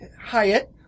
Hyatt